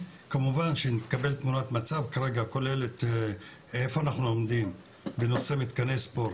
אנו נקבל תמונת מצב איפה אנחנו עומדים בנושא עליו אנחנו מתכנסים,